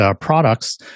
products